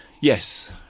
yes